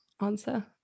answer